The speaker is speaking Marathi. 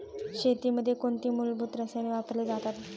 शेतीमध्ये कोणती मूलभूत रसायने वापरली जातात?